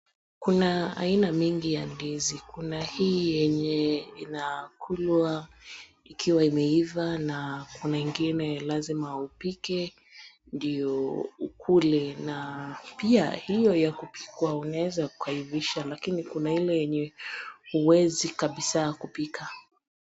Kuna aina mingi ya ndizi, kuna hii yenye inakulwa ikiwa imeiva na kuna ingine lazima upike ndio ukule na pia hiyo ya kuivisha unaweza ukapika lakini kuna ile yenye huwezi kabisaa kupika.